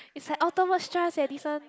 is like ultimate trust eh this one